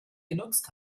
genutzt